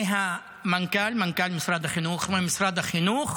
ממנכ"ל משרד החינוך או ממשרד החינוך